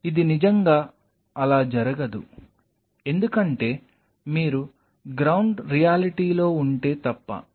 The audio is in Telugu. ఇది నిజంగా అలా జరగదు ఎందుకంటే మీరు గ్రౌండ్ రియాలిటీలో ఉంటే తప్ప